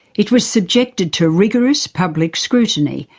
it was subjected to rigorous public scrutiny,